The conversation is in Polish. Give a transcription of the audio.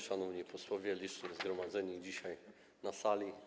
Szanowni Posłowie, licznie zgromadzeni dzisiaj na sali!